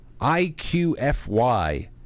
IQFY